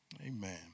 Amen